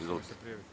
Izvolite.